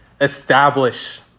establish